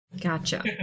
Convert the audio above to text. gotcha